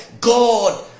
God